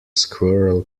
squirrel